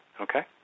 okay